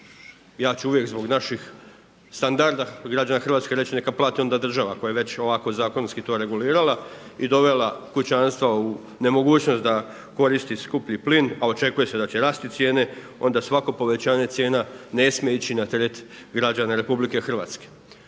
Ja ću uvijek zbog naših standarda građana Hrvatske i reći neka plati onda država ako je već ovako zakonski to regulirala i dovela kućanstva u nemogućnost da koristi skuplji plin, a očekuje se da će rasti cijene, onda svako povećanje cijena ne smije ići na teret građana RH. A i kada je